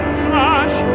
flash